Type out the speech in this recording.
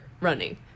running